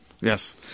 yes